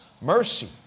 mercy